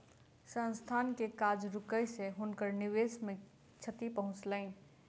संस्थान के काज रुकै से हुनकर निवेश के क्षति पहुँचलैन